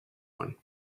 one